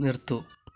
നിർത്തൂ